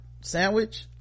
sandwich